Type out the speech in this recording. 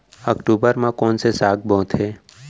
अक्टूबर मा कोन से साग बोथे?